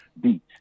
beat